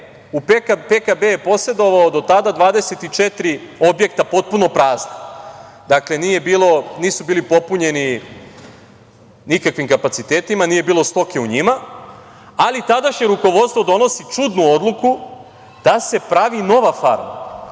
PKB je posedovao do tada 24 objekta potpuno prazna, dakle, nisu bili popunjeni nikakvim kapacitetima, nije bilo stoke u njima, ali tadašnje rukovodstvo donosi čudnu odluku da se pravi nova farma.